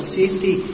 safety